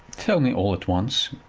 tell me all at once.